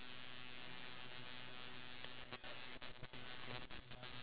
iya because somebody didn't get his buffet so